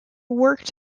worked